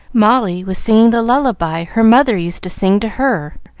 molly was singing the lullaby her mother used to sing to her,